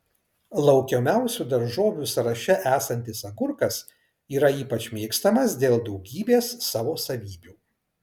laukiamiausių daržovių sąraše esantis agurkas yra ypač mėgstamas dėl daugybės savo savybių